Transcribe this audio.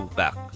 back